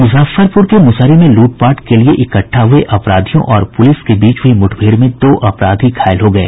मुजफ्फरपुर के मुसहरी में लूटपाट के लिए इकट्ठा हुए अपराधियों और पुलिस के बीच हुई मुठभेड़ में दो अपराधी घायल हो गये